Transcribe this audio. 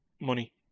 money